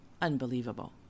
unbelievable